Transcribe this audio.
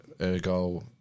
ergo